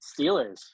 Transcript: Steelers